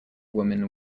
woman